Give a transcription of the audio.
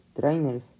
trainers